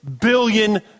billion